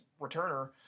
returner